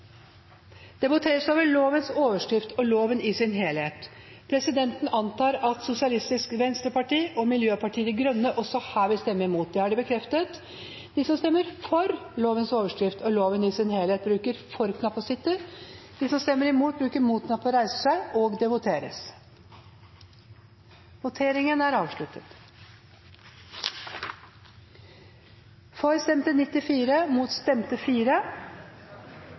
Det voteres over lovens overskrift og loven i sin helhet. Presidenten antar at Sosialistisk Venstreparti og Miljøpartiet De Grønne også her vil stemme imot. – Det bekreftes. Voteringstavlene viste at det var avgitt 84 stemmer for og 4 stemmer mot lovens overskrift og loven i sin helhet. Representantene Hagebakken og Wenstøb har ikke fått avgitt stemme for, er det så? Og det gjelder flere? Da tar vi det en gang til. Det voteres